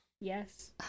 Yes